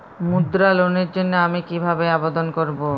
মুদ্রা লোনের জন্য আমি কিভাবে আবেদন করবো?